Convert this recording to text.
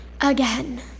Again